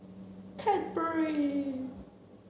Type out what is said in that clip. Cadbury